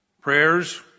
Prayers